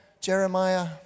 Jeremiah